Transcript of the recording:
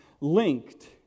linked